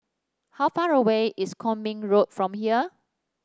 how far away is Kwong Min Road from here